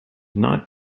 not